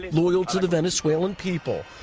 loyal to the venezuelan people.